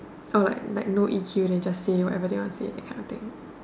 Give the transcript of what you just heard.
oh like like no E_Q then just say whatever they want to say that kind of thing